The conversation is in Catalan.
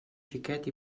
xiquet